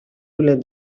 let